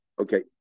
Okay